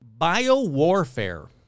biowarfare